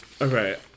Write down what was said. Okay